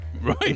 Right